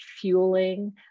fueling